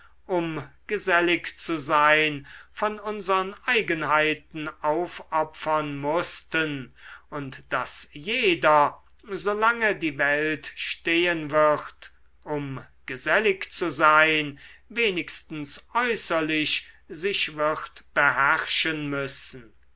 um gesellig zu sein von unsern eigenheiten aufopfern mußten und daß jeder solange die welt stehen wird um gesellig zu sein wenigstens äußerlich sich wird beherrschen müssen